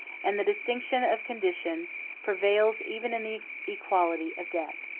and the distinction of condition prevails even in the equality of death.